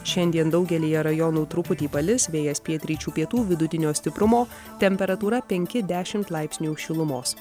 šiandien daugelyje rajonų truputį palis vėjas pietryčių pietų vidutinio stiprumo temperatūra penki dešimt laipsnių šilumos